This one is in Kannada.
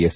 ಎಸ್